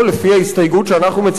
לפי ההסתייגות שאנחנו מציעים,